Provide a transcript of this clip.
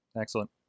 Excellent